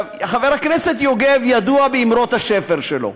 חבר הכנסת יוגב ידוע באמרות השפר שלו,